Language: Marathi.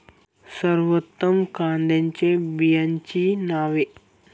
सर्वोत्तम कांद्यांच्या बियाण्यांची नावे?